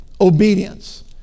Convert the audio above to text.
obedience